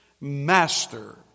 Master